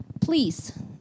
please